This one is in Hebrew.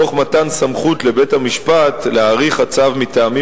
תוך מתן סמכות לבית-המשפט להאריך את הצו מטעמים